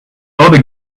other